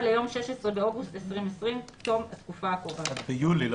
ליום 16 באוגוסט 2020 (תום התקופה הקובעת)." 1 ביולי.